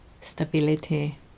stability